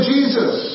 Jesus